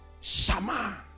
Shama